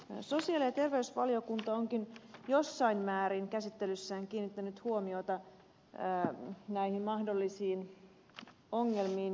sosiaali ja terveysvaliokunta onkin jossain määrin käsittelyssään kiinnittänyt huomiota näihin mahdollisiin ongelmiin